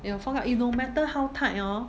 it will fog up no matter how tight hor